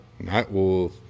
Nightwolf